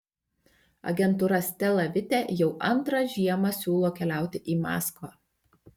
agentūra stela vite jau antrą žiemą siūlo keliauti į maskvą